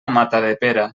matadepera